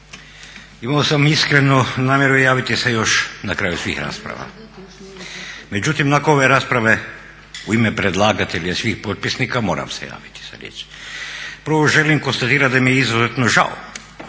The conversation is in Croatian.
Imao sam iskrenu namjeru javiti je još na kraju svih rasprava međutim nakon ove rasprave u ime predlagatelja i svih potpisnika moram se javiti za riječ. Prvo, želim konstatirati da mi je izuzetno žao